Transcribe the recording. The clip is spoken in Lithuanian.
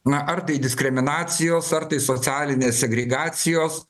na ar tai diskriminacijos ar tai socialinės segregacijos